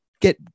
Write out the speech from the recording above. get